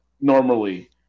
normally